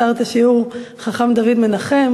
היום מסר את השיעור חכם דוד מנחם,